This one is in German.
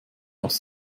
aufs